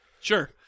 Sure